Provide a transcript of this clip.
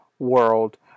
world